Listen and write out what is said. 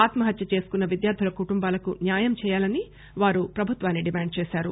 ఆత్మహత్య చేసుకున్న విద్యార్థుల కుటుంబాలకు న్యాయం చేయాలని వారు ప్రభుత్వాన్ని డిమాండ్ చేశారు